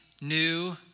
new